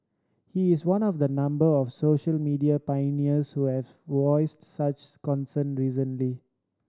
he is one of a number of social media pioneers who have voiced such concern recently